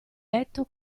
letto